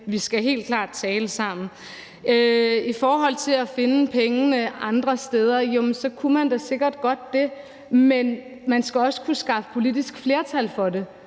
vi skal helt klart tale sammen. I forhold til at finde pengene andre steder kunne man da sikkert godt det. Men man skal også kunne skaffe politisk flertal for det,